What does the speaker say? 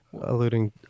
alluding